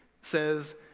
says